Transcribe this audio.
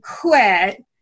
quit